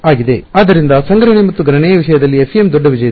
ಆದ್ದರಿಂದ ಸಂಗ್ರಹಣೆ ಮತ್ತು ಗಣನೆಯ ವಿಷಯದಲ್ಲಿ FEM ದೊಡ್ಡ ವಿಜೇತ